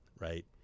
right